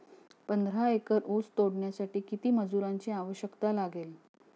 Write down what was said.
पंधरा एकर ऊस तोडण्यासाठी किती मजुरांची आवश्यकता लागेल?